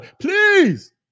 please